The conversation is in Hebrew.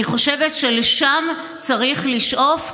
אני חושבת שלשם צריך לשאוף,